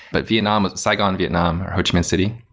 but vietnam, saigon, vietnam, or ho chi minh city,